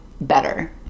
better